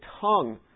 tongue